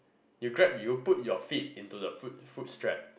you grab you put your feet into the foot foot strap